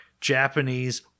Japanese